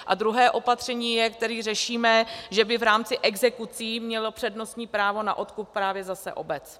A druhé opatření, které řešíme, je, že by v rámci exekucí měla přednostní právo na odkup právě zase obec.